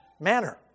manner